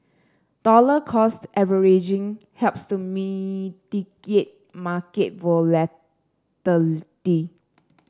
dollar cost averaging helps to mitigate market volatility